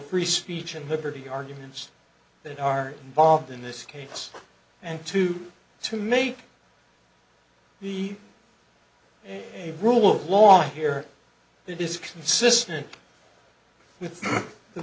free speech and liberty arguments that are involved in this case and to to make the a rule of law here that is consistent with the